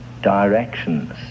directions